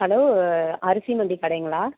hello அரிசி மண்டி கடைங்களா